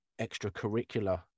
extracurricular